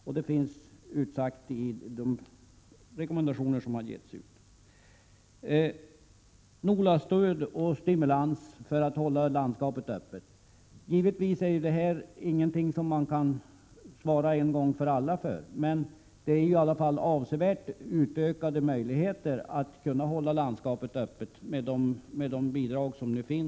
Detta finns alltså utsagt i de rekommendationer som utfärdats. NOLA-stöd och stimulans för att hålla landskapet öppet är givetvis inte någonting som man kan svara för en gång för alla. Möjligheterna att hålla landskapet öppet har i alla fall ökat avsevärt i och med de bidrag som nu finns.